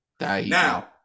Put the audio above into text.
Now